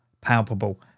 palpable